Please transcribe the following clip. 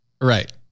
Right